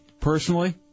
personally